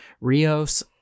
Rios